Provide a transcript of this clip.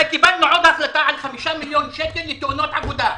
וקיבלנו עוד החלטה על 5 מיליון שקל לתאונות עבודה.